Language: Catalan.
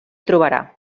trobarà